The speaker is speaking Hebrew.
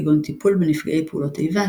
כגון טיפול בנפגעי פעולות איבה,